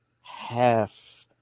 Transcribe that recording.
half